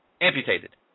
amputated